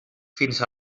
fins